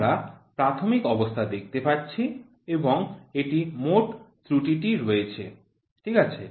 আমরা প্রাথমিক অবস্থা দেখতে পাচ্ছি এবং এটি মোট ত্রুটিটি রয়েছে ঠিক আছে